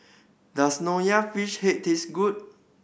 does fish head taste good